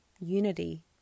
unity